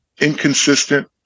inconsistent